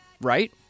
right